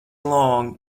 long